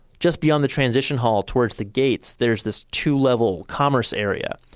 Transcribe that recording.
just beyond the transition hall towards the gates, there's this two level commerce area.